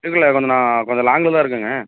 இல்லை கொஞ்சம் நான் கொஞ்சம் லாங்கில் தான் இருக்கேன்ங்க